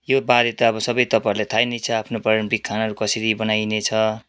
योबारे त अब सबै तपाईँहरूलाई थाहै नै छ आफ्नो पारम्परिक खानाहरू कसरी बनाइने छ